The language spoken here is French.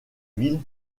ville